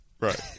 Right